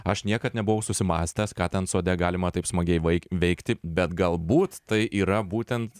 aš niekad nebuvau susimąstęs ką ten sode galima taip smagiai vaik veikti bet galbūt tai yra būtent